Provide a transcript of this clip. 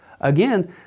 Again